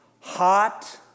hot